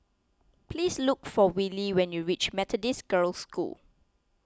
please look for Willie when you reach Methodist Girls' School